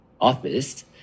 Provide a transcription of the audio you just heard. office